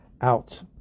out